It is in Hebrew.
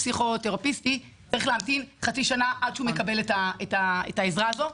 פסיכותרפי צריך להמתין חצי שנה עד שהוא מקבל את העזרה הזו.